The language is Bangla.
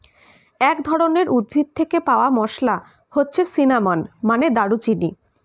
এক ধরনের উদ্ভিদ থেকে পাওয়া মসলা হচ্ছে সিনামন, মানে দারুচিনি